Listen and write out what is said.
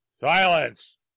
silence